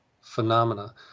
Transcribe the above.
phenomena